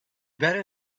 better